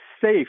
safe